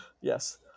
Yes